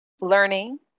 learning